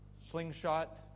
slingshot